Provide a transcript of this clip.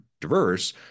diverse